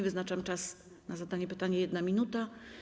Wyznaczam czas na zadanie pytania - 1 minuta.